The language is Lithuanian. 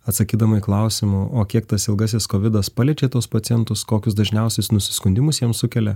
atsakydama į klausimą o kiek tas ilgasis kovidas paliečia tuos pacientus kokius dažniausius nusiskundimus jiem sukelia